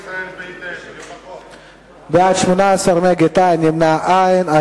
אין, נמנעים, אין.